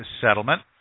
settlement